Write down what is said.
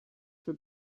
for